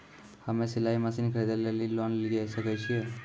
हम्मे सिलाई मसीन खरीदे लेली लोन लिये सकय छियै?